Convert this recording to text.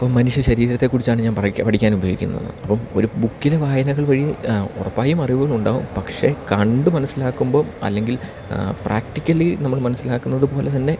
ഇപ്പം മനുഷ്യ ശരീരത്തെ കുറിച്ചാണ് ഞാൻ പഠിക്കാൻ ഉപയോഗിക്കുന്നത് അപ്പം ഒരു ബുക്കിൽ വായനകൾ വഴി ഉറപ്പായും അറിവുകൾ ഉണ്ടാവും പക്ഷേ കണ്ട് മനസ്സിലാക്കുമ്പോൾ അല്ലെങ്കിൽ പ്രാക്ടിക്കലി നമ്മൾ മനസ്സിലാക്കുന്നത് പോലെ തന്നെ